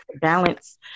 balance